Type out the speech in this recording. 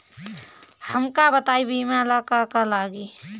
हमका बताई बीमा ला का का लागी?